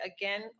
again